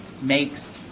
makes